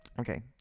Okay